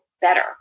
better